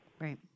Right